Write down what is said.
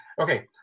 Okay